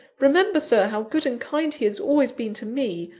remember, sir, how good and kind he has always been to me.